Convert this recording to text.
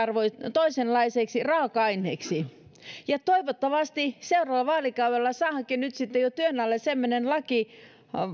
toisenlaiseksi raaka aineeksi ja toivottavasti seuraavalla vaalikaudella saadaankin nyt sitten jo työn alle semmoinen laki